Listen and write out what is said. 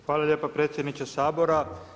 Hvala lijepa predsjedniče Sabora.